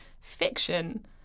fiction